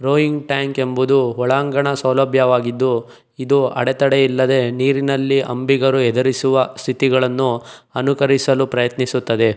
rowing tank ಎಂಬುದು ಒಳಾಂಗಣ ಸೌಲಭ್ಯವಾಗಿದ್ದು ಇದು ಅಡೆತಡೆಯಿಲ್ಲದೆ ನೀರಿನಲ್ಲಿ ಅಂಬಿಗರು ಎದುರಿಸುವ ಸ್ಥಿತಿಗಳನ್ನು ಅನುಕರಿಸಲು ಪ್ರಯತ್ನಿಸುತ್ತದೆ